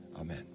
amen